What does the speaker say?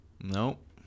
Nope